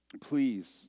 please